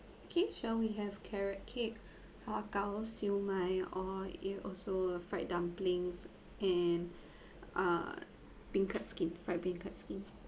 okay so we have carrot cake har gao siew mai or eh also fried dumplings and err beancurd skin fried beancurd skin